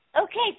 Okay